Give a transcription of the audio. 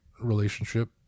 relationship